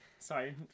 Sorry